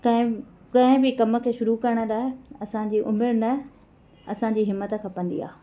काइं कंहिं बि कम खे शुरू करण लाइ असांजी उमिरि न असांजी हिमथ खपंदी आह्रे